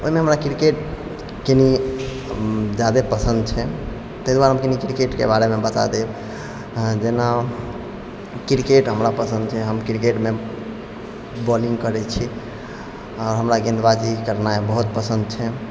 ओहिमे हमरा किरकेट कनी ज्यादे पसन्द छै ताहि दुआरे हम कनी किरकेटके बारेमे बता देब जेना किरकेट हमरा पसन्द छै हम किरकेटमे बॉलिङ्ग करै छी आओर हमरा गेन्दबाजी करनाए बहुत पसन्द छै